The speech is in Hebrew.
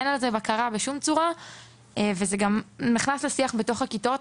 אין על זה בקרה בשום צורה וזה חודר אל השיח בתוך הכיתות,